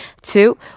two